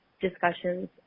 discussions